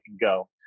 go